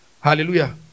Hallelujah